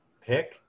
pick